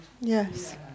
Yes